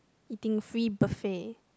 eating free buffet